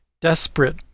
desperate